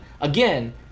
Again